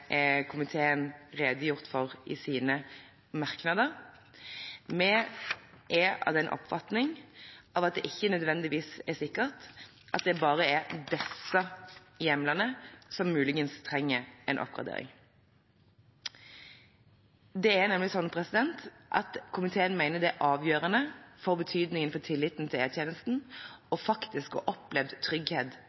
komiteen redegjort for i sine merknader. Vi er av den oppfatning at det ikke nødvendigvis er sikkert at det bare er disse hjemlene som muligens trenger en oppgradering. Det er nemlig sånn at komiteen mener det er av avgjørende betydning for tilliten til E-tjenesten og faktisk og opplevd trygghet